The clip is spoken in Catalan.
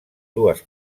dues